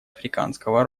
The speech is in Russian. африканского